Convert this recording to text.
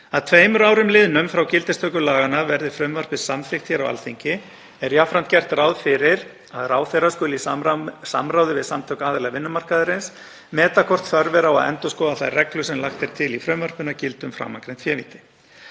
Að tveimur árum liðnum frá gildistöku laganna, verði frumvarpið samþykkt á Alþingi, er jafnframt gert ráð fyrir að ráðherra skuli í samráði við samtök aðila vinnumarkaðarins meta hvort þörf sé á að endurskoða þær reglur sem lagt er til í frumvarpinu að gildi um framangreind févíti.